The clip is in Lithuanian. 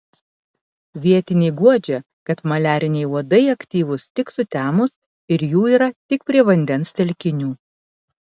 vietiniai guodžia kad maliariniai uodai aktyvūs tik sutemus ir jų yra tik prie vandens telkinių